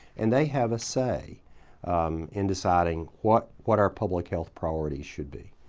and they have a say in deciding what what our public health priorities should be.